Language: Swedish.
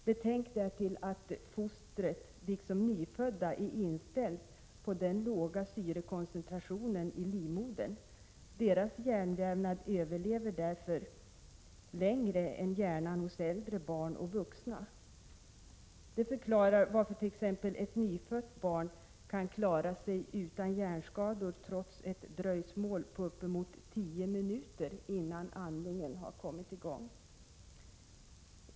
Betänk därtill att fostret, liksom nyfödda, är inställt på den låga syrekoncentrationen i livmodern. Deras hjärnvävnad överlever därför längre än hjärnan hos äldre barn och vuxna. Det förklarar varför t.ex. ett nyfött barn kan klara sig utan hjärnskador trots ett dröjsmål på uppemot 10 minuter innan andning kommer i gång.